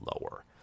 lower